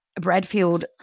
Bradfield